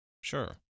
Sure